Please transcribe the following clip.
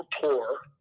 poor